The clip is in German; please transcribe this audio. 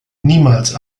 niemals